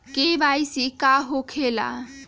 KYC का हो के ला?